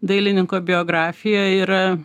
dailininko biografiją yra